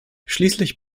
schließlich